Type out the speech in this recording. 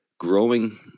growing